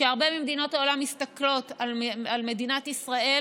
שהרבה ממדינות העולם מסתכלות על מדינת ישראל